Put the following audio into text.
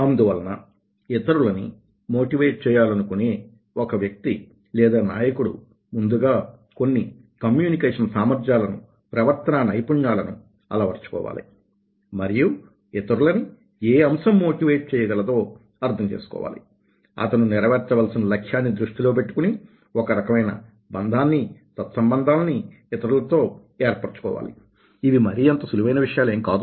అందువలన ఇతరులని మోటివేట్ చేయాలనుకునే ఒక వ్యక్తి లేదా నాయకుడు ముందుగా కొన్ని కమ్యూనికేషన్ సామర్ధ్యాలను ప్రవర్తనా నైపుణ్యాలను అలవర్చుకోవాలి మరియు ఇతరులని ఏ అంశం మోటివేట్ చేయగలదో అర్థం చేసుకోవాలి అతను నెరవేర్చవలసిన లక్ష్యాన్ని దృష్టిలో పెట్టుకుని ఒక రకమైన బంధాన్ని సత్సంబంధాలను ఇతరులతో ఏర్పరుచుకోవాలి ఇవి మరీ అంత సులువైన విషయాలు కాదు